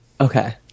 Okay